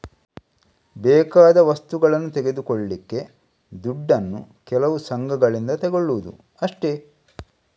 ಬೇಕಾದ ವಸ್ತುಗಳನ್ನ ತೆಗೆದುಕೊಳ್ಳಿಕ್ಕೆ ದುಡ್ಡನ್ನು ಕೆಲವು ಸಂಘಗಳಿಂದ ತಗೊಳ್ಳುದು ಅಷ್ಟೇ